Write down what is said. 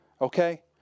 Okay